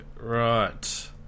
Right